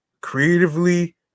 creatively